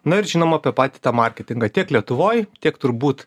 na ir žinoma apie patį tą marketingą tiek lietuvoj tiek turbūt